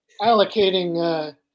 allocating